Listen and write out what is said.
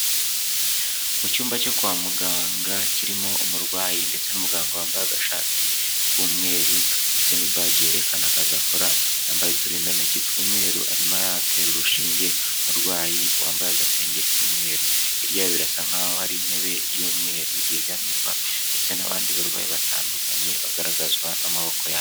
Mu cyumba cyo kwa muganga kirimo umurwayi ndetse n'umuganga wambaye agashati k'umweru, ndetse ni baji yerekana akazi akora. Yambaye uturindantoki tw'umweruru arimo aratera urushinge umurwayi wambaye agasengeri k'umweru. Hirya birasa nk 'aho hari intebe y'umweru yegamirwa ndetse n'abandi barwayi batandukanye bagaragazwa n'amaboko yabo.